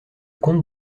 comte